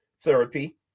therapy